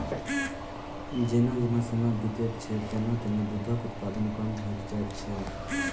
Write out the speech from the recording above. जेना जेना समय बीतैत छै, तेना तेना दूधक उत्पादन कम होइत जाइत छै